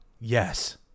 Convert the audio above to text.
Yes